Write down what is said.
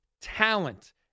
talent